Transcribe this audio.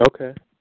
Okay